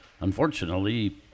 unfortunately